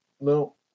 No